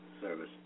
service